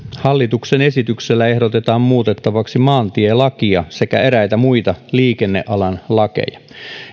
hallituksen esityksellä ehdotetaan muutettavaksi maantielakia sekä eräitä muita liikennealan lakeja